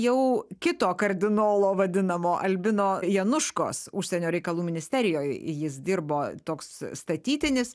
jau kito kardinolo vadinamo albino januškos užsienio reikalų ministerijoj jis dirbo toks statytinis